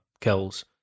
kills